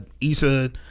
Issa